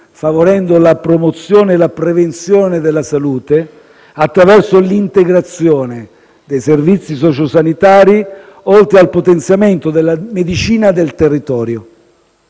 favorendo la promozione e la prevenzione della salute, attraverso l'integrazione dei servizi sociosanitari, oltre che al potenziamento della medicina del territorio.